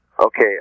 Okay